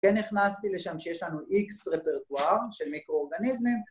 כן הכנסתי לשם שיש לנו איקס רפרטואר של מיקרואורגניזמים